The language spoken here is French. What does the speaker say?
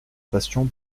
passion